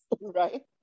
right